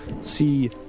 see